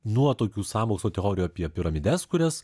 nuo tokių sąmokslo teorijų apie piramides kurias